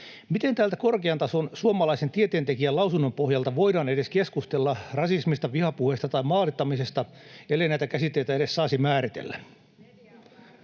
Miten tältä korkean tason suomalaisen tieteentekijän lausunnon pohjalta voidaan edes keskustella rasismista, vihapuheesta tai maalittamisesta, ellei näitä käsitteitä edes saisi määritellä?